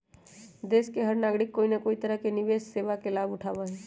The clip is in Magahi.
देश के हर नागरिक कोई न कोई तरह से निवेश सेवा के लाभ उठावा हई